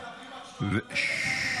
מדברים על שלום אמת?